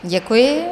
Děkuji.